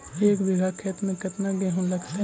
एक बिघा खेत में केतना गेहूं लगतै?